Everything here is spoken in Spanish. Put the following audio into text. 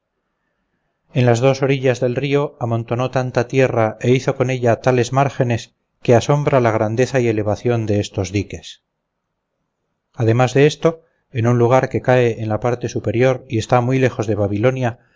en las dos orillas del río amontonó tanta tierra e hizo con ella tales márgenes que asombra la grandeza y elevación de estos diques además de esto en un lugar que cae en la parte superior y está muy lejos de babilonia